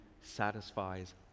satisfies